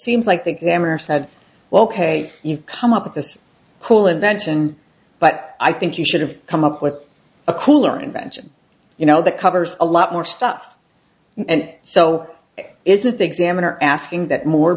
seems like think them or said well ok you come up with this whole invention but i think you should have come up with a cooler invention you know that covers a lot more stuff and so is that the examiner asking that more